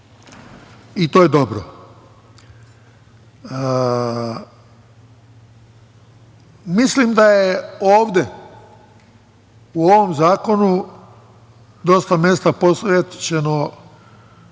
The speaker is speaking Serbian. To je dobro. Mislim da je ovde u ovom zakonu dosta mesta posvećeno onome